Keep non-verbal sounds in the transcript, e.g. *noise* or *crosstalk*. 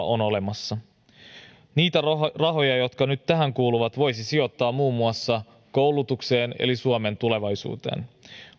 *unintelligible* on olemassa tutkittua tietoa niitä rahoja jotka nyt tähän kuluvat voisi sijoittaa muun muassa koulutukseen eli suomen tulevaisuuteen